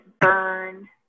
burn